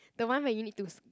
the one where you need to